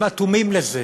הם אטומים לזה.